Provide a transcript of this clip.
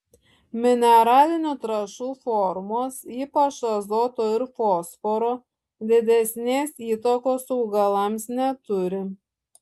mineralinių trąšų formos ypač azoto ir fosforo didesnės įtakos augalams neturi